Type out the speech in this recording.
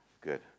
good